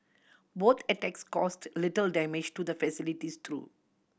both attacks caused little damage to the facilities though